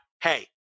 hey